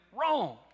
wrong